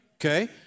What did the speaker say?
Okay